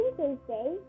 Thursday